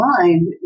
mind